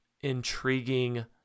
intriguing